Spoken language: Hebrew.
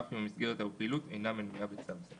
אף אם המסגרת או הפעילות אינה מנויה בצו זה.